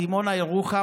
דימונה ירוחם,